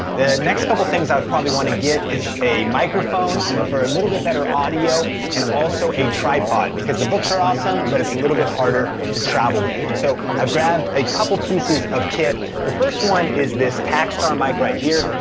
the next couple things i would probably wanna get is a microphone for a little bit better audio. and also a tripod. because the books are awesome but it's a little bit harder to travel with. and so i've grabbed a couple pieces of kit. the first one is this takstar mic right here.